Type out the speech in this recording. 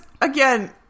again